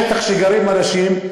זה שטח שגרים בו אנשים.